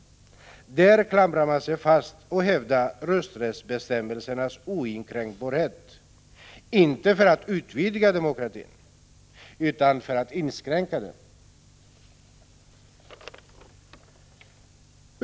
Där klamrar man sig fast och hävdar rösträttsbestämmelsernas oinskränkbarhet, inte för att utvidga demokratin utan för att inskränka den.